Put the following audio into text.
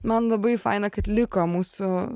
man labai faina kad liko mūsų